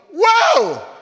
whoa